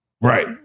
right